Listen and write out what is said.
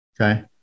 Okay